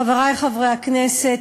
חברי חברי הכנסת,